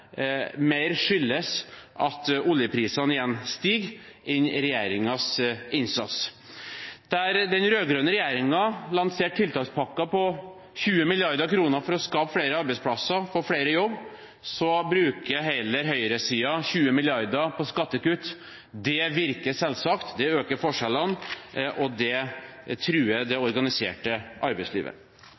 mer skyldes at oljeprisene igjen stiger, enn regjeringens innsats. Der den rød-grønne regjeringen lanserte tiltakspakker på 20 mrd. kr for å skape flere arbeidsplasser og få flere i jobb, bruker heller høyresiden 20 mrd. kr på skattekutt. Det virker selvsagt, det øker forskjellene, og det truer det organiserte arbeidslivet.